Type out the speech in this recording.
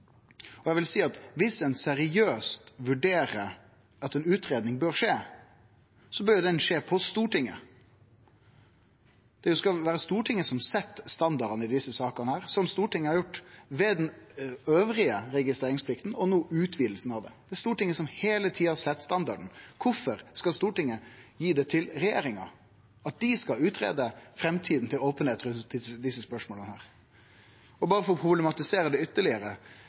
Viss ein seriøst vurderer at ei utgreiing bør skje, bør ho skje på Stortinget. Det skal jo vere Stortinget som set standarden i desse sakene – som Stortinget har gjort elles når det gjeld registreringsplikta, og no ved utvidinga av ho. Det er Stortinget som heile tida set standarden. Kvifor skal Stortinget gi det til regjeringa, for at dei skal greie ut om framtida for openheit rundt desse spørsmåla? For å problematisere det ytterlegare: